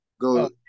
Go